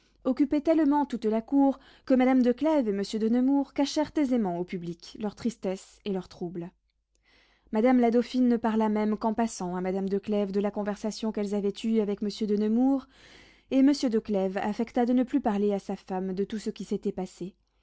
occupaient tellement toute la cour que madame de clèves et monsieur de nemours cachèrent aisément au public leur tristesse et leur trouble madame la dauphine ne parla même qu'en passant à madame de clèves de la conversation qu'elles avaient eue avec monsieur de nemours et monsieur de clèves affecta de ne plus parler à sa femme de tout ce qui s'était passé